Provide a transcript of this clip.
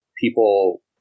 People